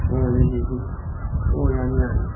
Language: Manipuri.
ꯍꯣꯏ ꯍꯣꯏ ꯑꯗꯨꯗꯤ ꯑꯩꯈꯣꯏꯁꯨ ꯑꯣ ꯌꯥꯅꯤ ꯌꯥꯅꯤ